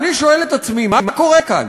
ואני שואל את עצמי: מה קורה כאן?